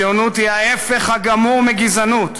הציונות היא ההפך הגמור מגזענות